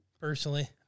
personally